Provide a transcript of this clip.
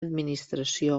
administració